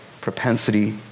propensity